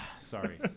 Sorry